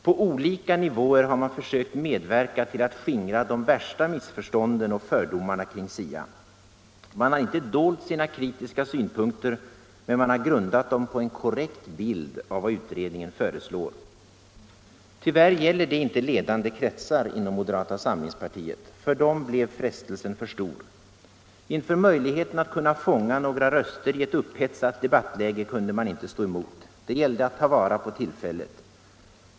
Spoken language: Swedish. På olika nivåer har man försökt medverka till att skingra de värsta missförstånden och fördomarna kring SIA. Man har inte dolt sina kritiska synpunkter, men man har grundat dem på en korrekt bild av vad utredningen föreslår. Tyvärr gäller det inte ledande kretsar inom moderata samlingspartiet. För dem blev frestelsen för stor. Inför möjligheten att fånga några röster i ett upphetsat debattläge kunde man inte stå emot. Det gällde att ta vara på tillfället.